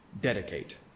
dedicate